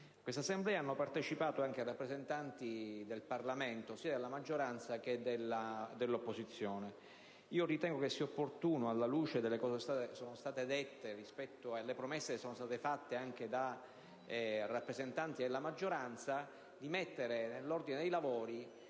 queste assemblee hanno partecipato anche rappresentanti del Parlamento, sia della maggioranza che dell'opposizione. Ritengo sia opportuno, alla luce delle cose che sono state dette e delle promesse che sono state fatte, anche dai rappresentanti della maggioranza, inserire nel calendario dei lavori